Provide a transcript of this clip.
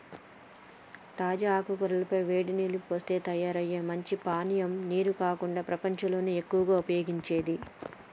తాజా ఆకుల పై వేడి నీల్లు పోస్తే తయారయ్యే మంచి పానీయం నీరు కాకుండా ప్రపంచంలో ఎక్కువగా ఉపయోగించేది